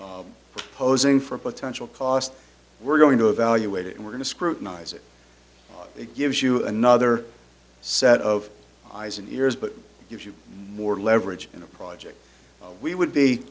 posing for a potential cost we're going to evaluate it and we're going to scrutinize it it gives you another set of eyes and ears but gives you more leverage in a project we would be